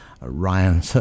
ryan